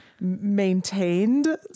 maintained